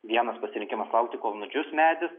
vienas pasirinkimas laukti kol nudžius medis